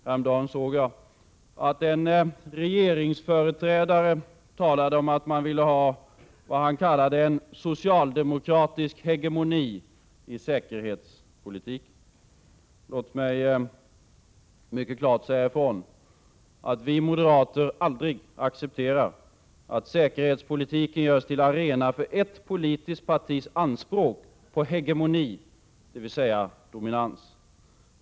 Häromdagen såg jag att en regeringsföreträdare talade om att man ville ha vad han kallade en ”socialdemokratisk hegemoni i säkerhetspolitiken”. Låt mig mycket klart säga ifrån att vi moderater aldrig accepterar att säkerhetspolitiken görs till arena för ett politiskt partis anspråk på hegemoni, dvs. dominans.